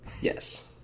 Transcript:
Yes